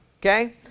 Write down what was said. Okay